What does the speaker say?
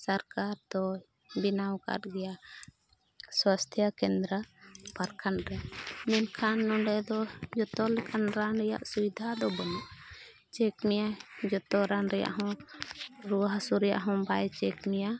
ᱥᱚᱨᱠᱟᱨ ᱫᱚ ᱵᱮᱱᱟᱣ ᱠᱟᱫ ᱜᱮᱭᱟ ᱥᱟᱥᱛᱷᱚ ᱠᱮᱱᱫᱨᱚ ᱯᱨᱚᱠᱷᱚᱱᱰ ᱨᱮ ᱢᱮᱱᱠᱷᱟᱱ ᱱᱚᱰᱮ ᱫᱚ ᱡᱚᱛᱚ ᱞᱮᱠᱟᱱ ᱨᱟᱱ ᱨᱮᱭᱟᱜ ᱥᱩᱵᱤᱫᱷᱟ ᱫᱚ ᱵᱟᱹᱱᱩᱜᱼᱟ ᱪᱮᱠ ᱢᱮᱭᱟᱭ ᱡᱚᱛᱚ ᱨᱟᱱ ᱨᱮᱭᱟᱜ ᱦᱚᱸ ᱨᱩᱣᱟᱹ ᱦᱟᱹᱥᱩ ᱨᱮᱭᱟᱜ ᱦᱚᱸ ᱵᱟᱭ ᱪᱮᱠ ᱢᱮᱭᱟ